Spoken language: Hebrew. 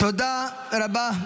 תודה רבה.